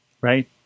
Right